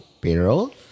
payroll